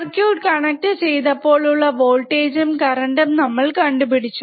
circuit connect ചെയ്തപ്പോളുള്ള വോൾടേജും കറന്റ്റും നമ്മൾ കണ്ടുപിടിച്ചു